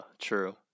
true